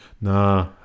Nah